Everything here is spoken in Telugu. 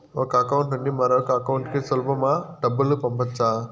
ఒక అకౌంట్ నుండి మరొక అకౌంట్ కు సులభమా డబ్బులు పంపొచ్చా